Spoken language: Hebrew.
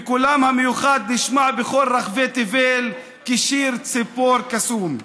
וקולם המיוחד נשמע בכל רחבי תבל כשיר ציפור קסום.